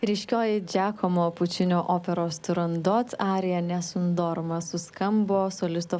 ryškioji džiakomo pučinio operos turandot arija nessun dorma suskambo solisto